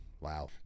Wow